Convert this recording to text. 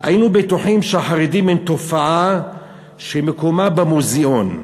"היינו בטוחים שהחרדים הם תופעה שמקומה במוזיאון.